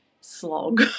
slog